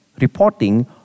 reporting